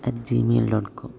at gmail dot com